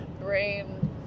Brain